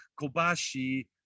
kobashi